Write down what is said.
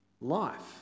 life